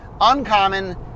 Uncommon